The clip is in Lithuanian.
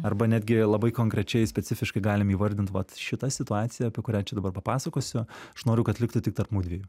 arba netgi labai konkrečiai specifiškai galim įvardint vat šita situacija apie kurią čia dabar papasakosiu aš noriu kad liktų tik tarp mudviejų